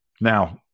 Now